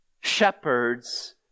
shepherds